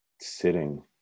sitting